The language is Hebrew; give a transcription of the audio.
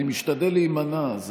אני משתדל להימנע.